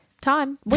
time